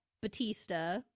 Batista